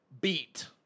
beat